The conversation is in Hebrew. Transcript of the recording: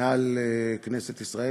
מעל כנסת ישראל.